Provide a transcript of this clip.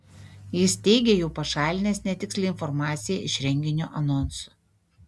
jis teigė jau pašalinęs netikslią informaciją iš renginio anonsų